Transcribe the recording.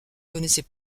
connaissais